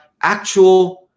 actual